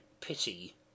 pity